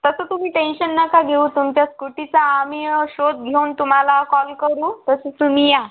तसं तुम्ही टेंशन नका घेऊ तुमच्या स्कूटीचा आम्ही शोध घेऊन तुम्हाला कॉल करू तसं तुम्ही या